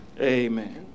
Amen